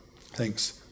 thanks